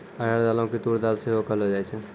अरहर दालो के तूर दाल सेहो कहलो जाय छै